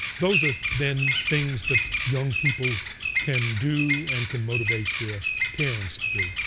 those are then things that young people can do and can motivate their parents to do.